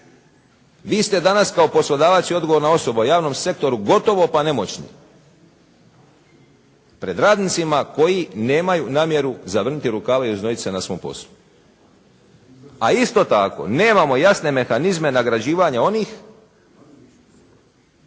Vi ste danas kao poslodavac i odgovorna osoba u javnom sektoru gotovo pa nemoćni pred radnicima koji nemaju namjeru zavrniti rukave i oznojiti se na svom poslu. A isto tako nemamo jasne mehanizme nagrađivanja onih